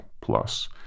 plus